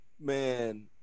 Man